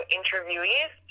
interviewees